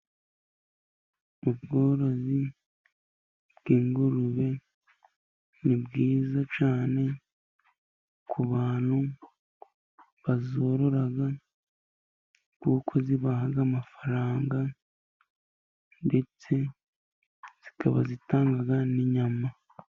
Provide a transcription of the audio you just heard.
Ubworozi bw'ingurube ni bwiza cyane ku bantu bazorora kuko zibahaha amafaranga, ndetse zikaba zitanga n'inyama.